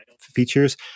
features